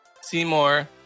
Seymour